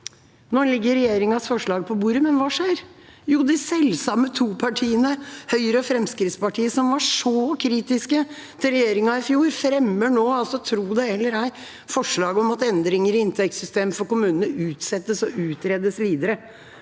Nå ligger regjeringas forslag på bordet. Men hva skjer? Jo, de selvsamme to partiene, Høyre og Fremskrittspartiet, som var så kritiske til regjeringa i fjor, fremmer nå altså – tro det eller ei – forslag om at endringer i inntektssystemet for kommunene utsettes og utredes videre.